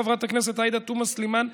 חברת הכנסת עאידה תומא סלימאן,